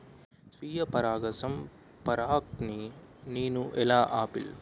స్వీయ పరాగసంపర్కాన్ని నేను ఎలా ఆపిల్?